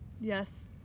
yes